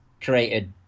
created